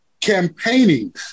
campaigning